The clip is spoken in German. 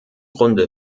grunde